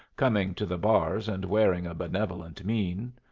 coming to the bars and wearing a benevolent mien.